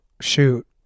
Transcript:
shoot